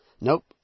Nope